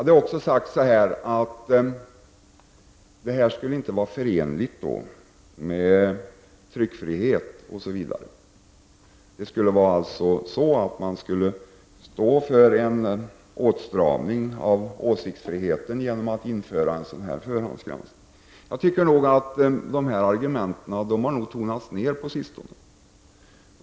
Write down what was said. Det har också sagts att detta inte skulle vara förenligt med tryckfriheten, osv. Införande av en sådan här förhandsgranskning skulle vara detsamma som en åstramning av åsiktsfriheten. Detta argument har nog tonats ned på sistone.